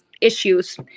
issues